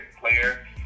player